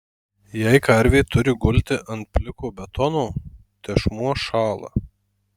jei karvė turi gulti ant pliko betono tešmuo šąla